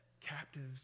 captives